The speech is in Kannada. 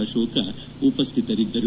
ಅಶೋಕ ಉಪಸ್ಲಿತರಿದ್ದರು